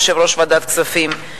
יושב-ראש ועדת הכספים,